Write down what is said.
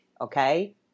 okay